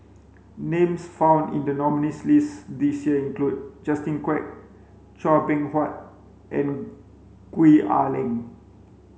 names found in the nominees' list this year include Justin Quek Chua Beng Huat and Gwee Ah Leng